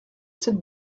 sept